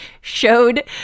showed